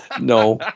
No